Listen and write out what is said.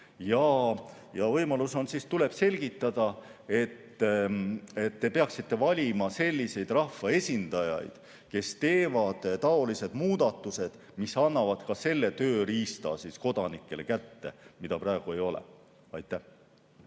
kasutamata. Siis tuleb selgitada, et nad peaksid valima selliseid rahvaesindajaid, kes teevad taolisi muudatusi, mis annavad ka selle tööriista kodanikele kätte, mida praegu ei ole. Aitäh!